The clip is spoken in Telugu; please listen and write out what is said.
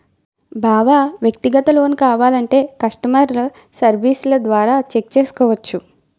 బావా వ్యక్తిగత లోన్ కావాలంటే కష్టమర్ సెర్వీస్ల ద్వారా చెక్ చేసుకోవచ్చు